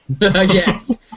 Yes